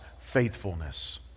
faithfulness